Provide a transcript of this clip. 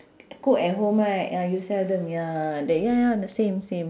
cook at home right ya you seldom ya th~ ya ya same same